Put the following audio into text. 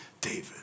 David